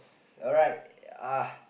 alright uh